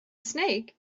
snake